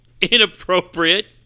inappropriate